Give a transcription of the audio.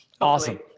Awesome